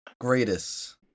greatest